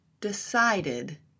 decided